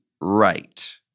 right